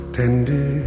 tender